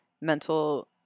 mental